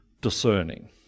discerning